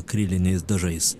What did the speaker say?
akriliniais dažais